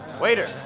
Waiter